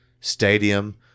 stadium